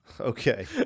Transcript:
Okay